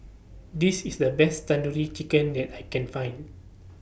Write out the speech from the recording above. This IS The Best Tandoori Chicken that I Can Find